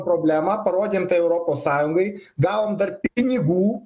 problemą parodėm tai europos sąjungai gavom dar pinigų